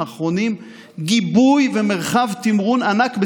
נתנה בחודשים האחרונים גיבוי ומרחב תמרון ענק,